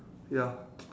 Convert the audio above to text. ya th~